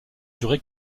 duré